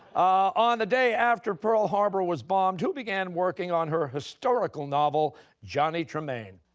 on the day after pearl harbor was bombed, who began working on her historical novel johnny tremain?